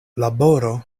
laboro